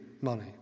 money